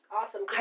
awesome